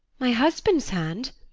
my husband's hand?